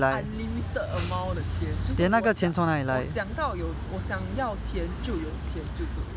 unlimited amount 的钱就是我要我想到钱就有钱就对了